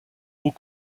aux